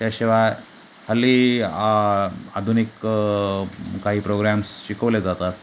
त्याशिवाय हल्ली आधुनिक काही प्रोग्रॅम्स शिकवले जातात